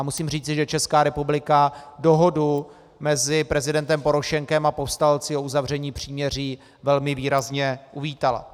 Musím říci, že Česká republika dohodu mezi prezidentem Porošenkem a povstalci o uzavření příměří velmi výrazně uvítala.